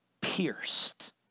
pierced